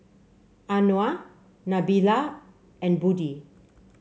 Anuar Nabila and Budi